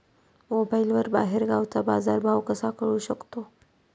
मोबाईलवर बाहेरगावचा बाजारभाव कसा कळू शकतो?